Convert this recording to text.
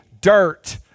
dirt